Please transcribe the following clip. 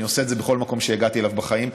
אני עושה את זה בכל מקום שהגעתי אליו בחיים,